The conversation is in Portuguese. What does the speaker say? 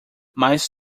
mas